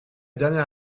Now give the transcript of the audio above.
dernière